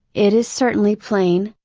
it is certainly plain,